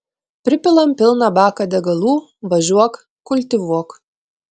pripilam pilną baką degalų važiuok kultivuok